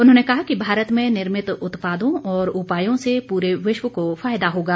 उन्होंने कहा कि भारत में निर्मित उत्पादों और उपायों से पूरे विश्व को फायदा होगा